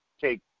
take